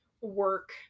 work